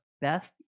best